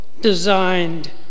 designed